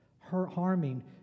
harming